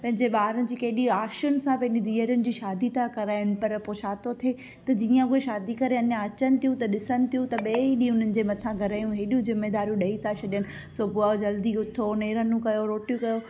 पंहिंजे ॿार जी केॾी आशाउनि सां पंहिंजी धीअरुनि जी शादी था कराइनि पर पोइ छा थो थिए त जीअं उहे शादी करे अञा अचनि थियूं त ॾिसनि थियूं त ॿिए ॾींहं उन्हनि जे मथां घर जूं हेॾियूं ज़िमेदारियूं ॾेई था छॾनि सुबुह जो जल्दी उथो नेरनूं कयो रोटियूं कयो